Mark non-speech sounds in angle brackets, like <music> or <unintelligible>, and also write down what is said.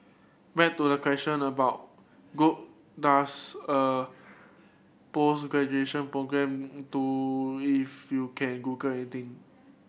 back to the question about good does a <unintelligible> programme do if you can Google anything